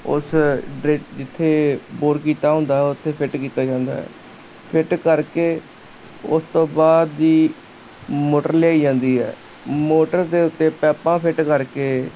ਉਸ ਜਿੱਥੇ ਬੋਰ ਕੀਤਾ ਹੁੰਦਾ ਹੈ ਉਹ ਤੇ ਫਿੱਟ ਕੀਤਾ ਜਾਂਦਾ ਹੈ ਫਿੱਟ ਕਰਕੇ ਉਸ ਤੋਂ ਬਾਦ ਦੀ ਮੋਟਰ ਲਿਆਈ ਜਾਂਦੀ ਐ ਮੋਟਰ ਦੇ ਉੱਤੇ ਪੈਪਾਂ ਫਿੱਟ ਕਰਕੇ